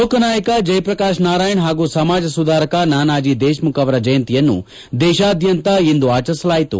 ಲೋಕ ನಾಯಕ ಜಯಪ್ರಕಾಶ್ ನಾರಾಯಣ್ ಹಾಗೂ ಸಮಾಜ ಸುಧಾರಕ ನಾನಾಜಿ ದೇಶ್ಮುಖ್ ಅವರ ಜಯಂತಿಯನ್ನು ದೇಶಾದ್ಭಂತ ಇಂದು ಆಚರಿಸಲಾಯಿತು